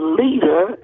leader